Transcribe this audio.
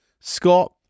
Scott